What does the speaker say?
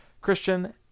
Christian